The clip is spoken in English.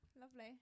lovely